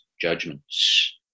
judgments